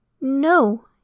No